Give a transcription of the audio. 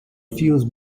fuse